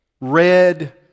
red